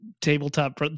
tabletop